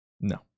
no